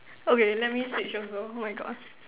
okay let me switch over oh my God